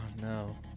No